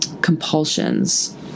compulsions